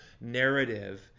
narrative